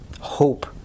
hope